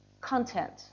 Content